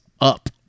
up